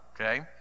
okay